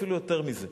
אפילו יותר מזה.